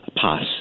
pass